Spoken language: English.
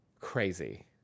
Crazy